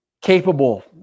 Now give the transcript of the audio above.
capable